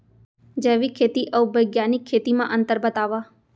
जैविक खेती अऊ बैग्यानिक खेती म अंतर बतावा?